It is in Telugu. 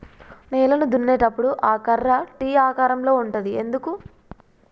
నేలను దున్నేటప్పుడు ఆ కర్ర టీ ఆకారం లో ఉంటది ఎందుకు?